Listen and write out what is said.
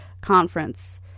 conference